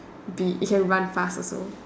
be it can run fast also